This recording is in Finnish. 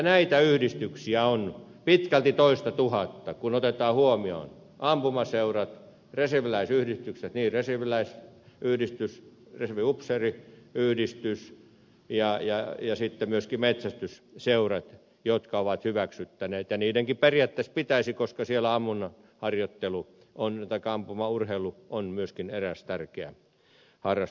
näitä yhdistyksiä on pitkälti toista tuhatta kun otetaan huomioon ampumaseurat reserviläisyhdistykset niin reserviläisliitto kuin reserviupseeriliitto ja sitten myöskin metsästysseurat jotka ovat hyväksyttäneet sääntönsä niidenkin periaatteessa pitäisi koska siellä ammunnan harjoittelu on nyt aika ampumaurheilu on myöskin eräs tärkeä harrastusmuoto